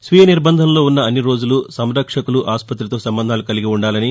స్వీయ నిర్బంధంలో ఉన్న అన్ని రోజులు సంరక్షకులు ఆస్పతితో సంబంధాలు కలిగి ఉండాలని